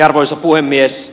arvoisa puhemies